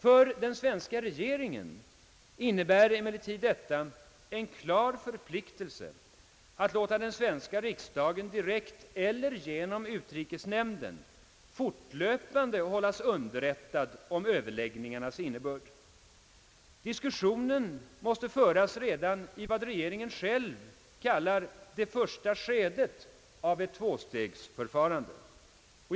För svenska regeringen innebär detta emellertid en klar förpliktelse att låta svenska riksdagen direkt eller genom utrikesnämnden fortlöpande hållas underrättad om Ööverläggningarnas innebörd. Diskussionen måste föras redan i vad regeringen själv kallar »det första skedet» av ett tvåstegsförfarande.